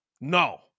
No